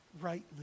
rightly